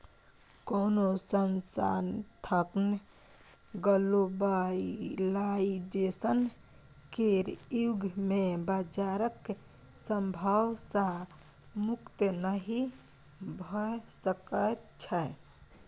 कोनो संस्थान ग्लोबलाइजेशन केर युग मे बजारक प्रभाव सँ मुक्त नहि भऽ सकै छै